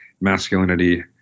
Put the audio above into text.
masculinity